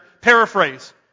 paraphrase